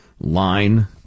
line